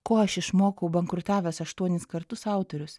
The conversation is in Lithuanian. ko aš išmokau bankrutavęs aštuonis kartus autorius